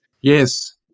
Yes